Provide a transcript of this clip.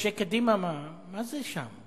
אנשי קדימה, מה זה שם?